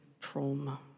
trauma